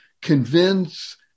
convince